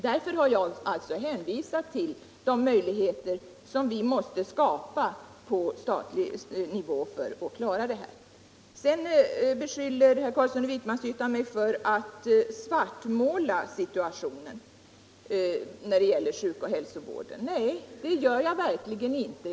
Av den anledningen har jag hänvisat till de möjligheter som staten måste skapa för att klara problemen. Herr Carlsson i Vikmanshyttan beskyllde mig sedan för att svartmåla situationen inom hälsooch sjukvården. Nej, det gör jag verkligen inte.